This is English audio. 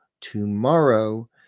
tomorrow